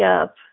up